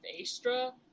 Astra